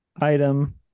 item